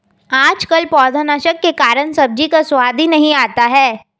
आजकल पौधनाशक के कारण सब्जी का स्वाद ही नहीं आता है